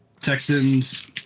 Texans